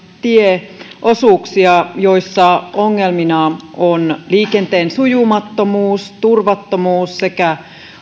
tieosuuksia joissa ongelmina ovat liikenteen sujumattomuus turvattomuus sekä